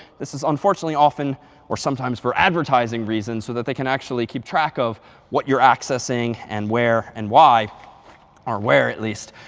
this is unfortunately often or sometimes for advertising reasons, so that they can actually keep track of what you're accessing and where and why or where, at least.